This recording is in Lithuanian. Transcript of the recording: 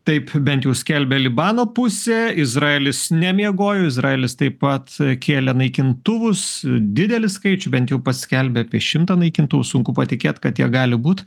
taip bent jų skelbia libano pusė izraelis nemiegojo izraelis taip pat kėlė naikintuvus didelį skaičių bent jau paskelbė apie šimtą naikintuvų sunku patikėt kad tiek gali būt